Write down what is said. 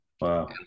Wow